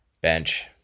bench